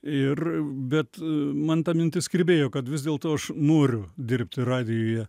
ir bet man ta mintis kirbėjo kad vis dėlto aš noriu dirbti radijuje